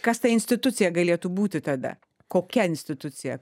kas ta institucija galėtų būti tada kokia institucija